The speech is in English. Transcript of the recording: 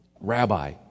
Rabbi